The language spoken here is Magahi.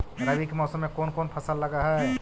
रवि के मौसम में कोन कोन फसल लग है?